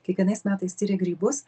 kiekvienais metais tiria grybus